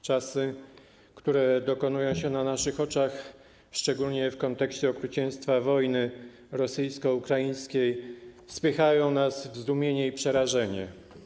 Czasy, które dokonują się na naszych oczach, szczególnie w kontekście okrucieństwa wojny rosyjsko-ukraińskiej spychają nas w zdumienie i przerażenie.